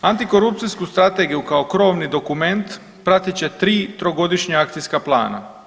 Antikorupcijsku Strategiju kao krovni dokument pratit će 3 trogodišnja akcijska plana.